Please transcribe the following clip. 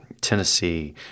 Tennessee